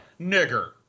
nigger